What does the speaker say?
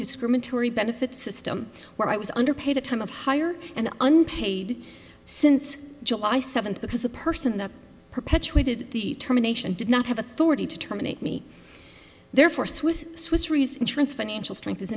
discriminatory benefits system where i was under paid a time of hire and unpaid since july seventh because the person that perpetuated the terminations did not have authority to terminate me therefore swiss swiss reason trance financial strength is